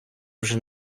вже